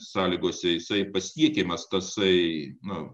sąlygose jisai pasiekiamas tasai na